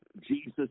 Jesus